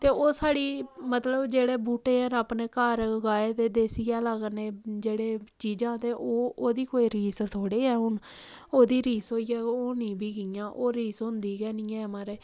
ते ओह् साढ़ी मतलब जेह्ड़े बहूटे अपने घार उगाए दे देसी हैला कन्नै जेह्ड़े चीजां ते ओह् ते ओह् दी कोई रीस थोह्ड़े ऐ ओह् ओह् दी रीस होनी बी कियां रीस होंदी गै नीं ऐ